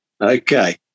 Okay